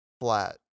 flat